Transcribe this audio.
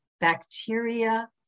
bacteria